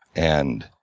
and